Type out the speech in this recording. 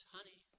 Honey